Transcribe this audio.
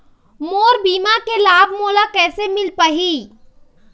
मोर बीमा के लाभ मोला कैसे मिल पाही?